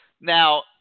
Now